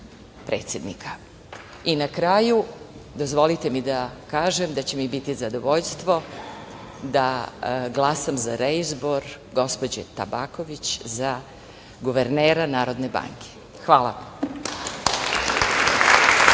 kraju, dozvolite mi da kažem da će mi biti zadovoljstvo da glasam za reizbor gospođe Tabaković za guvernera NBS.Hvala.